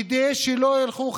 כדי שלא ילכו,